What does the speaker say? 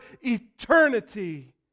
eternity